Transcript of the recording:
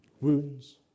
wounds